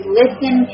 listen